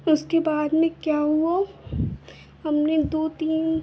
उसके बाद में क्या हुआ हमने दो तीन